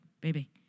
baby